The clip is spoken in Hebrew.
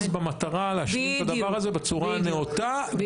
במטרה להשלים את הדבר הזה בצורה הנאותה,